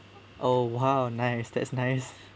oh !wow! nice that's nice